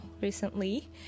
recently